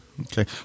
Okay